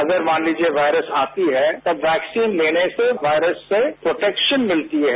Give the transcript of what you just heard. अगर मान लीजिये वायरस आती है तो वैक्सीन लेने से वायरस से प्रोटैक्शन मिलती है